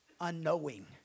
unknowing